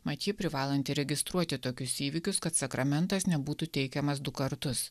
mat ji privalanti registruoti tokius įvykius kad sakramentas nebūtų teikiamas du kartus